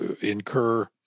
incur